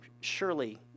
surely